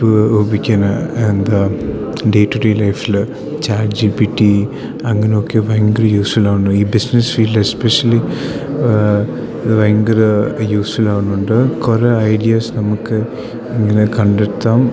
രൂപിക്കുന്നത് എന്താണ് day to day ലൈഫിൽ chat G P T അങ്ങനയൊക്കെ ഭയങ്കര യൂസ്ഫുൾ ആവുന്നു ഈ ബിസിനസ് ഫീൽഡ് എസ്പെഷ്യലി ഇത് ഭയങ്കര യൂസ്ഫുൾ ആവുന്നുണ്ട് കുറേ ഐഡിയാസ് നമുക്ക് ഇങ്ങനെ കണ്ടെത്താം